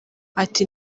ati